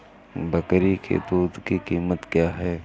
बकरी की दूध की कीमत क्या है?